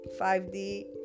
5D